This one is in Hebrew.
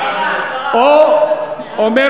או הסרה או מליאה.